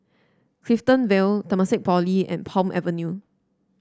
Clifton Vale Temasek Polytechnic and Palm Avenue